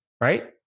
Right